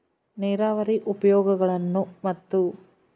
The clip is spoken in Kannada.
ನೇರಾವರಿಯ ಉಪಯೋಗಗಳನ್ನು ಮತ್ತು?